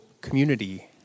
community